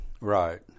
Right